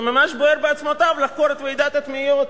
זה ממש בוער בעצמותיו לחקור את ועידת התביעות,